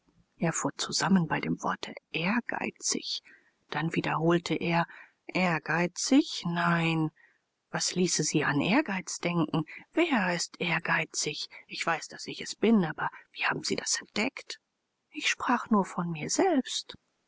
er fuhr zusammen bei dem worte ehrgeizig dann wiederholte er ehrgeizig nein was ließ sie an ehrgeiz denken wer ist ehrgeizig ich weiß daß ich es bin aber wie haben sie das entdeckt ich sprach nur von mir selbst